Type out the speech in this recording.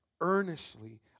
Earnestly